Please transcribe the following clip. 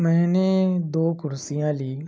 میں نے دو کرسیاں لیں